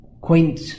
quaint